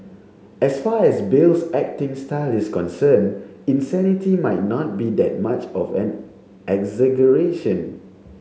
as far as Bale's acting style is concerned insanity might not be that much of an exaggeration